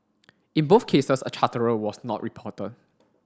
in both cases a charterer was not reporter